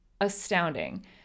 astounding